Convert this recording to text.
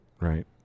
right